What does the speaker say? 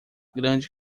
grande